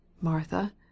martha